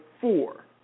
four